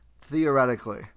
theoretically